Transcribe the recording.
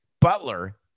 Butler